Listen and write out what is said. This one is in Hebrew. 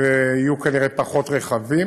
ויהיו כנראה פחות רכבים,